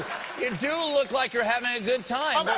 you do look like you're having a good time.